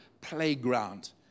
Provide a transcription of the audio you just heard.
playground